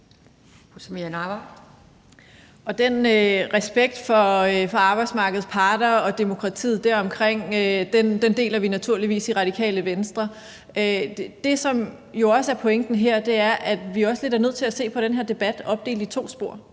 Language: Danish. Den respekt for arbejdsmarkedets parter og demokratiet deromkring deler vi naturligvis i Radikale Venstre. Det, som jo også er pointen her, er, at vi også lidt er nødt til at se på den her debat opdelt i to spor.